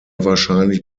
wahrscheinlich